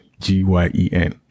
GYEN